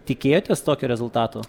tikėjotės tokio rezultato